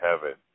heaven